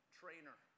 trainer